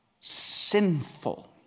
Sinful